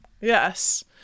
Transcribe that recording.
yes